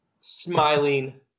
smiling